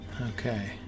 Okay